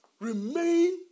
Remain